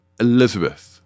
elizabeth